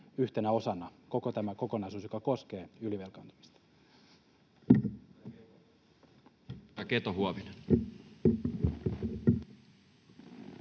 yhtenä osana, siis koko tämä kokonaisuus, joka koskee ylivelkaantumista?